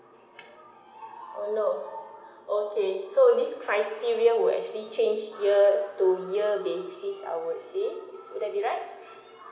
oh no okay so this criteria will actually change year to year basis I would say would it be right